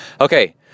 Okay